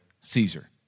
Caesar